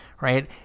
Right